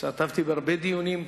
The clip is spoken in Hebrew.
השתתפתי בהרבה דיונים.